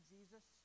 Jesus